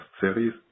series